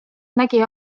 nägi